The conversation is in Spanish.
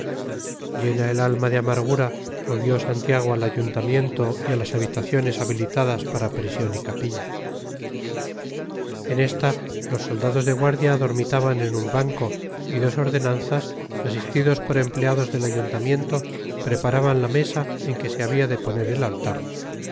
llena el alma de amargura volvió santiago al ayuntamiento y a las habitaciones habilitadas para prisión y capilla en esta los soldados de guardia dormitaban en un banco y dos ordenanzas asistidos por empleados del ayuntamiento preparaban la mesa en que se había de poner el altar